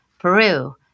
Peru